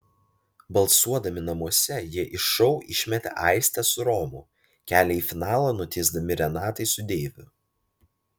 balsuodami namuose jie iš šou išmetė aistę su romu kelią į finalą nutiesdami renatai su deiviu